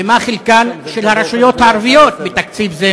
2. מה חלקן של הרשויות הערביות בתקציב זה,